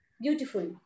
beautiful